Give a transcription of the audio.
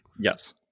Yes